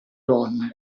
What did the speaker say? donne